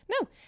no